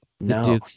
no